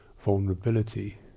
vulnerability